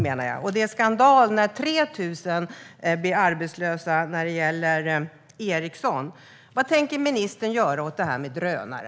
Det är skandal när 3 000 blir arbetslösa från Ericsson. Vad tänker ministern göra åt detta med drönare?